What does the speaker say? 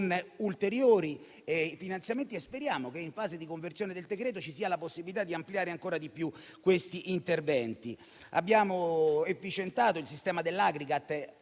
con ulteriori finanziamenti. Speriamo che in fase di conversione del decreto-legge ci sia la possibilità di ampliare ancora di più questi interventi. Abbiamo efficientato il sistema di Agricat